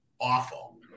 awful